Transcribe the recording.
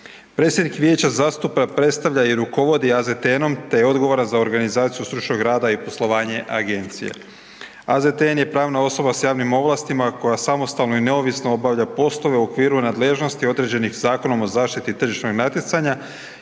Predsjednik vijeća zastupa, predstavlja i rukovodi AZTN-om te je odgovoran za organizaciju stručnog rada i poslovanje agencije. AZTN je pravna osoba sa javnim ovlastima koja samostalno i neovisno obavlja poslove u okviru nadležnosti određenih Zakonom o zaštiti tržišnog natjecanja